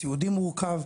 סיעודי מורכב,